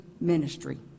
ministry